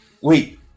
wait